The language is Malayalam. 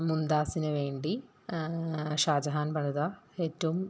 മുംതാസിനു വേണ്ടി ഷാ ജഹാൻ പണിത ഏറ്റവും